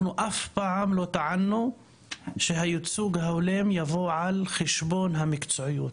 אנחנו אף פעם לא טענו שהייצוג ההולם יבוא על חשבון המקצועיות,